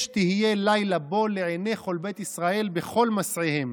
תהיה לילה בו לעיני כל בית ישראל בכל מסעיהם".